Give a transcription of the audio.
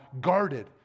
guarded